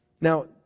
Now